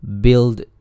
build